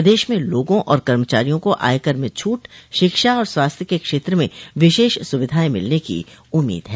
प्रदेश में लोगों और कर्मचारियों को आयकर में छूट शिक्षा और स्वास्थ्य के क्षेत्र में विशेष सुविधाएं मिलने की उम्मीद है